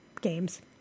games